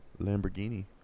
Lamborghini